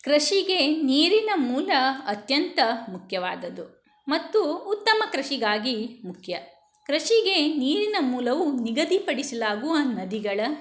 ಕೃಷಿಗೆ ನೀರಿನ ಮೂಲ ಅತ್ಯಂತ ಮುಖ್ಯವಾದದ್ದು ಮತ್ತು ಉತ್ತಮ ಕೃಷಿಗಾಗಿ ಮುಖ್ಯ ಕೃಷಿಗೆ ನೀರಿನ ಮೂಲವು ನಿಗದಿಪಡಿಸಲಾಗುವ ನದಿಗಳ